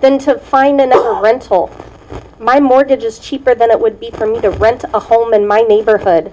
than to find the rental my mortgage is cheaper than it would be for me to rent a home in my neighborhood